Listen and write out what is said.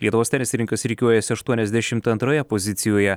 lietuvos tenisininkas rikiuojasi aštuoniasdešimt antroje pozicijoje